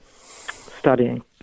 studying